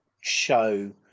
show